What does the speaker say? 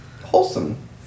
wholesome